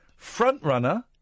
Frontrunner